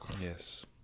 yes